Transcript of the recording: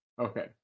Okay